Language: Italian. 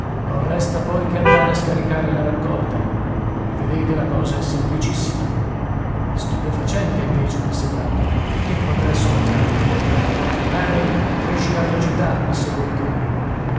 non resta poi che andare a scaricare la raccolta come vedete la cosa è semplicissima stupefacente invece disse brandok che progresso meccanico harry accresci la velocità disse holker